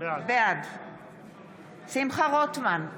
בעד שמחה רוטמן,